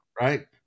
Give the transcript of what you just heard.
Right